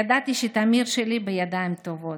ידעתי שתמיר שלי בידיים טובות.